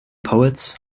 poets